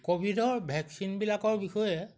ক'ভিডৰ ভেকচিনবিলাকৰ বিষয়ে